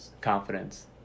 confidence